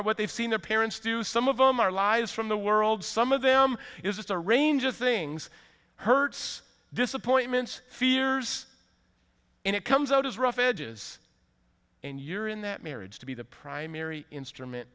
are what they've seen their parents do some of them are lives from the world some of them is a range of things hurts disappointments fears and it comes out as rough edges and you're in that marriage to be the primary instrument